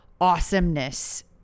awesomeness